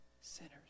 sinners